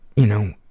you know,